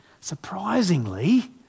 Surprisingly